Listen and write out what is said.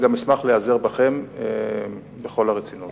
כיום הוא לא מלא ולעתים אפילו כולל מידע שעלול להטעות את הצרכן.